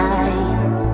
eyes